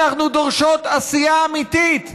אנחנו דורשות עשייה אמיתית.